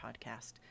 podcast